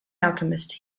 alchemist